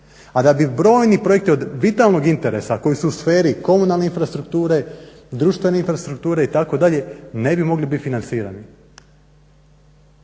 A da bi brojni projekti od vitalnog interesa koji su u sferi komunalne infrastrukture, društvene infrastrukture itd. ne bi mogli biti financirani.